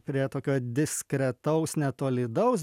prie tokio diskretaus netolydaus